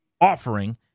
offering